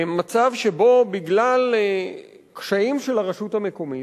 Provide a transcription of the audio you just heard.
מצב שבו בגלל קשיים של הרשות המקומית,